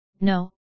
No